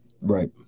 Right